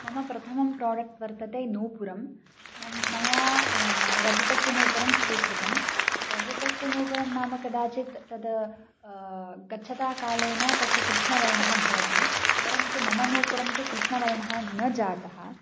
मम प्रथमं प्राडक्ट् वर्तते नूपुरः मया मया रजतस्य नूपुरः स्वीकृतः रजतस्य नूपुरः नाम कदाचित् तद् गच्छता कालेन तस्य कृष्णवर्णः भवति परन्तु मम नूपुरं तु कृष्णवर्णः न जातः